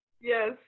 Yes